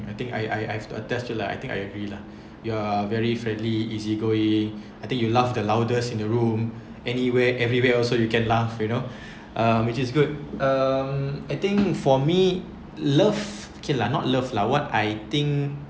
I think I I I have to attest to you lah I think I agree lah you're very friendly easy going I think you laugh the loudest in the room anywhere everywhere also you can laugh you know uh which is good um I think for me love okay lah not love lah what I think